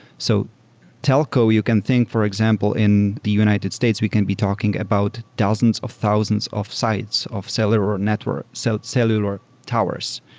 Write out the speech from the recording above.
so telco, you can think for example in the united states, we can be talking about thousands of thousands of sites of cellular ah networks, so cellular towers,